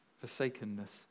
forsakenness